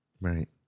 Right